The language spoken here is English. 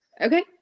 Okay